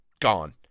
gone